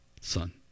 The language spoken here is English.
Son